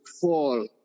fall